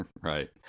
Right